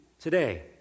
today